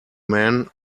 men